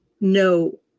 no